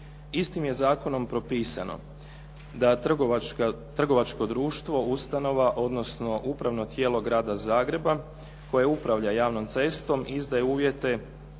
Istim je zakonom propisano da je trgovačko društvo ustanova, odnosno upravno tijelo Grada Zagreba koje upravlja javnom cestom, izdaje uvjete